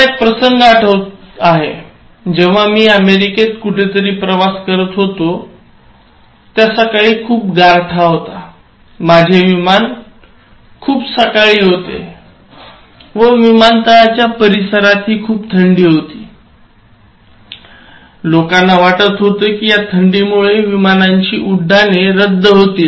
मला एक प्रसंग आठवत आहे जेव्हा मी अमेरिकेत कुठेतरी प्रवास करत होतो त्या सकाळी खूप गारठा होता माझे विमान खूप सकाळी होते व विमानतळाच्या परिसरात हि खूप थंडी होती लोकांना वाटतं होते कि या थंडीमुळे विमानांची उड्डाणे रद्द होतील